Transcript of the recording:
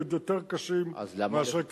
עוד יותר קשים מאשר קריית-שמונה.